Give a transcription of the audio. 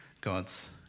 God's